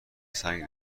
سنگ